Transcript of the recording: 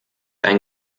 ein